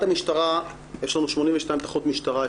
יש לנו 82 תחנות משטרה,